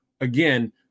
again